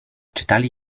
czytali